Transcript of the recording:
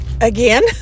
Again